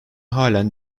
halen